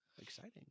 Exciting